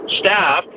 staff